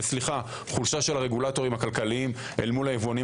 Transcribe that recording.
וחולשה של הרגולטורים הכלכלנים אל מול היבואנים